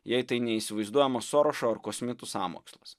jei tai ne įsivaizduojamo sorošo ar kosmitų sąmokslas